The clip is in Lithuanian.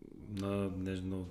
na nežinau